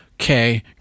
Okay